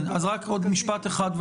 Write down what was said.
אני